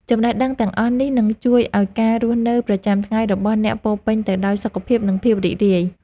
ចំណេះដឹងទាំងអស់នេះនឹងជួយឱ្យការរស់នៅប្រចាំថ្ងៃរបស់អ្នកពោរពេញទៅដោយសុខភាព និងភាពរីករាយ។